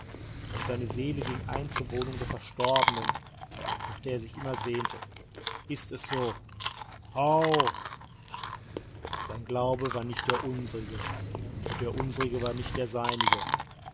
und seine seele ging ein zur wohnung der verstorbenen nach der er sich immer sehnte ist es so howgh sein glaube war nicht der unserige und der unserige war nicht der seinige